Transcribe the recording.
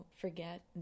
forget